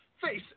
Face